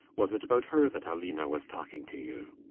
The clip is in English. was it about her that aline was talking to you?